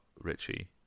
Richie